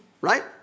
Right